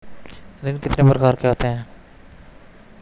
ऋण कितने प्रकार के होते हैं?